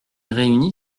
réunie